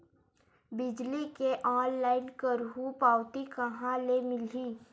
बिजली के ऑनलाइन करहु पावती कहां ले मिलही?